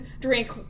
drink